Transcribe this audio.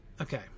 okay